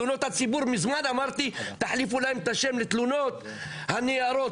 מזמן אמרתי שתלונות הציבור תחליפו להם את השם לתלונות הניירות,